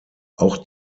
auch